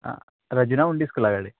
आं रजीना मुंडी स्कुला कडेन